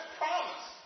promise